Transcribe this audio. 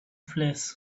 flesh